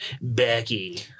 Becky